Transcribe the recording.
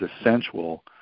essential